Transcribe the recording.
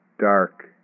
Dark